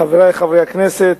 חברי חברי הכנסת,